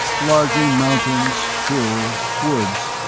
largely mountains, hills, woods.